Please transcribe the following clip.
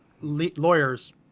lawyers